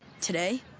Today